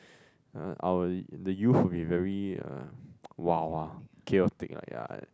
uh our the youth will be very uh wild ah chaotic ah ya